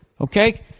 Okay